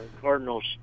Cardinals